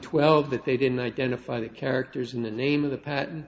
twelve that they didn't identify the characters in the name of the p